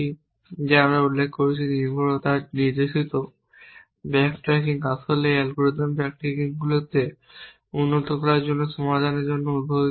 যা আমরা উল্লেখ করেছি নির্ভরতা নির্দেশিত ব্যাকট্র্যাকিং আসলে এই অ্যালগরিদম ব্যাকট্র্যাকিংগুলিকে উন্নত করার জন্য সমাধানের জন্য উদ্ভাবিত হয়েছিল